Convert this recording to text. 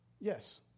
Yes